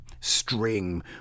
string